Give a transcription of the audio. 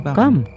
come